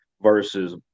versus